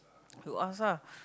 you ask ah